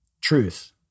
truth